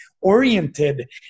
oriented